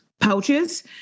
pouches